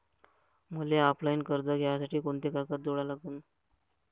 मले ऑफलाईन कर्ज घ्यासाठी कोंते कागद जोडा लागन?